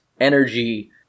energy